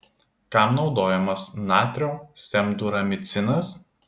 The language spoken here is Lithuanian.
kam naudojamas natrio semduramicinas